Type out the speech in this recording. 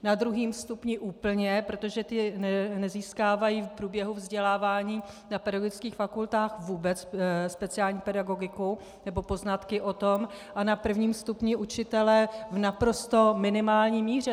Na druhém stupni úplně, protože ti dnes nezískávají v průběhu vzdělávání na pedagogických fakultách vůbec speciální pedagogiku nebo poznatky o tom, a na prvním stupni učitelé v naprosto minimální míře.